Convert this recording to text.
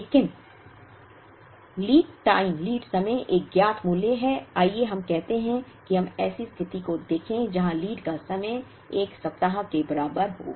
लेकिन lead time एक ज्ञात मूल्य है आइए हम कहते हैं कि हम ऐसी स्थिति को देखें जहां लीड का समय 1 सप्ताह के बराबर हो